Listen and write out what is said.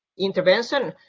intervention.